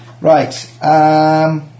Right